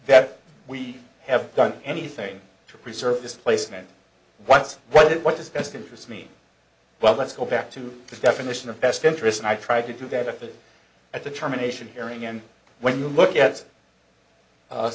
that we have done anything to preserve this placement what's what what does best interest mean well let's go back to the definition of best interest and i tried to do that at the terminations hearing and when you look at